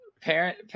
parent